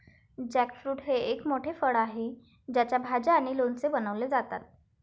jackfruit हे एक मोठे फळ आहे ज्याच्या भाज्या आणि लोणचे बनवले जातात